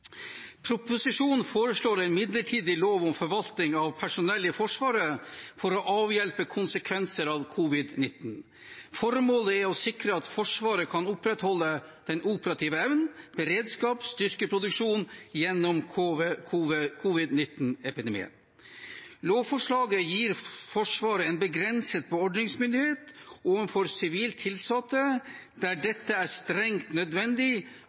proposisjonen foreslås det en midlertidig lov om forvaltning av personell i Forsvaret for å avhjelpe konsekvenser av covid-19. Formålet er å sikre at Forsvaret kan opprettholde den operative evnen, beredskap og styrkeproduksjon gjennom covid-19-epidemien. Lovforslaget gir Forsvaret en begrenset beordringsmyndighet overfor sivilt tilsatte der dette er strengt nødvendig